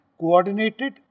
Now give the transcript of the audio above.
coordinated